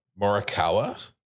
Morikawa